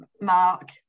Mark